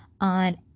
on